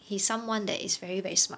he's someone that is very very smart